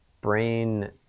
brain